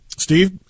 Steve